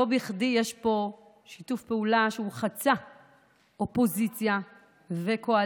לא בכדי יש פה שיתוף פעולה שחצה אופוזיציה וקואליציה.